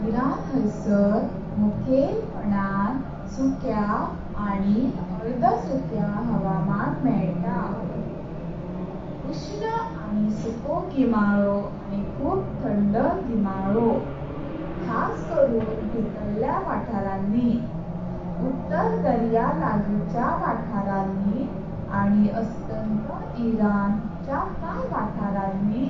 ईरान हैसार मुख्यलपणां सुख्या आनी अर्दासुख्या हावामान मेळता। उष्ण आनी सुको गढमाळो आनी खूप थांड गढमाळो। खास करून भितर्ल्या वाथारणि। उत्तर दर्या लागीच्या वाथारणि आनी अस्तांत ईरानच्या काय वाथरानी